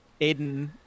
Aiden